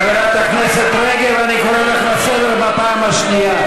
חברת הכנסת רגב, אני קורא אותך לסדר בפעם השנייה.